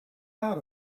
out